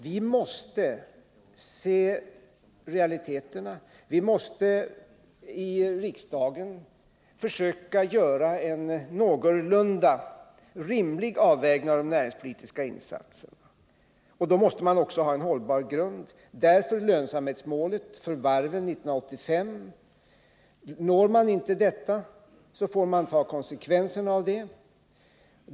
Vi måste se till realiteterna, och vi måste i riksdagen försöka göra en någorlunda rimlig avvägning av de näringspolitiska insatserna. Då måste man också ha en hållbar grund. Därför är målet lönsamhet 1985 uppställt för varven. Når varven inte detta mål får man ta konsekvenserna av det.